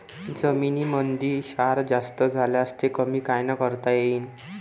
जमीनीमंदी क्षार जास्त झाल्यास ते कमी कायनं करता येईन?